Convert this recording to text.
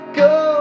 go